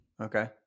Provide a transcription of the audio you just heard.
Okay